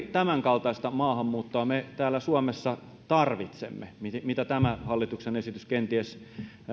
tämänkaltaista maahanmuuttoa me täällä suomessa tarvitsemme mitä tämä hallituksen esitys kenties